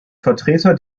vertreter